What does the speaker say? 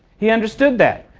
he understood that.